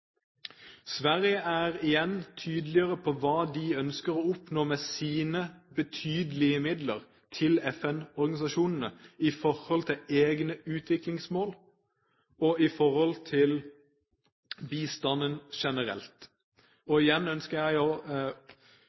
Sverige er igjen tydeligere på hva de ønsker å oppnå med sine betydelige midler til FN-organisasjonene i forhold til egne utviklingsmål og bistanden generelt. Og igjen ønsker jeg